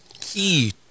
key